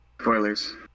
spoilers